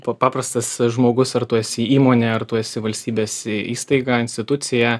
paprastas žmogus ar tu esi įmonė ar tu esi valstybės įstaiga institucija